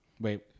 Wait